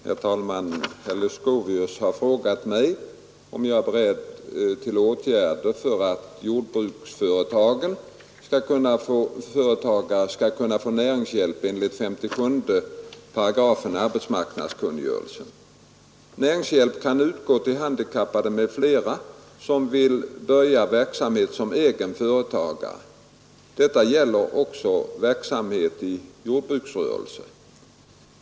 Herr talman! Herr Leuchovius har frågat mig om jag är beredd till åtgärder för att jordbruksföretagare skall kunna få näringshjälp enligt 57 §& arbetsmarknadskungörelsen. Näringshjälp kan utgå till handikappad m.fl. som vill börja verksamhet som egen företagare. Detta gäller också verksamhet i jordbruksrörelse.